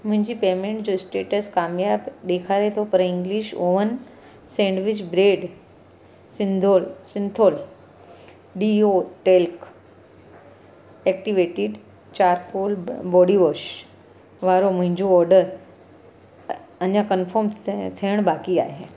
मुंहिंजी पेमेंट जो स्टेटस कामयाब ॾेखारे थो पर इंग्लिश ओवन सैंडविच ब्रेड सिंदोल Cinthol deo talc activated charcoal body wash वारो मुंहिंजो ऑडर अञा कन्फर्म थिअणु बाक़ी आहे